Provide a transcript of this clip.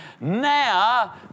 Now